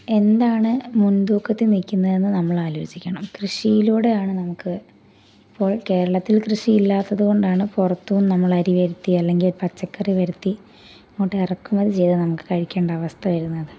എന്താണ് മുൻതൂക്കത്തിൽ നിൽക്കുന്നതെന്ന് നമ്മൾ ആലോചിക്കണം കൃഷിയിലൂടെ ആണ് നമുക്ക് ഇപ്പോൾ കേരളത്തിൽ കൃഷി ഇല്ലാത്തതു കൊണ്ടാണ് പുറത്തു നിന്ന് നമ്മൾ അരി വരുത്തി അല്ലെങ്കിൽ പച്ചക്കറി വരുത്തി ഇങ്ങോട്ട് ഇറക്കുമതി ചെയ്തു നമുക്കു കഴിക്കേണ്ട അവസ്ഥ വരുന്നത്